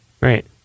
Right